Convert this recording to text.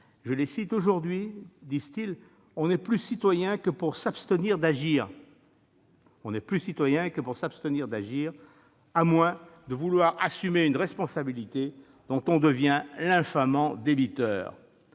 Maillard : aujourd'hui, « on n'est plus citoyen que pour s'abstenir d'agir, à moins de vouloir assumer une responsabilité dont on devient l'infamant débiteur